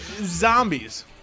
zombies